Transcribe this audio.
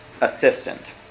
assistant